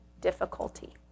difficulty